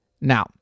Now